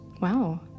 Wow